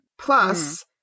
Plus